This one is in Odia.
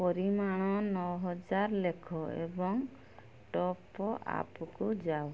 ପରିମାଣ ନଅହଜାର ଲେଖ ଏବଂ ଟପ୍ ଆପ୍କୁ ଯାଅ